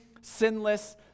sinless